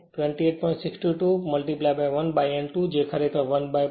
62 1 by n2 જે ખરેખર 1 0